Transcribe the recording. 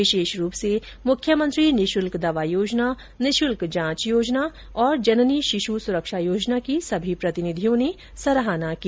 विशेष रूप से मुख्यमंत्री निःशुल्क दवा योजना निःशुल्क जांच योजना और जननी शिशु सुरक्षा योजना की सभी प्रतिनिधियों ने सराहना की